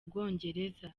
bwongereza